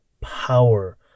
power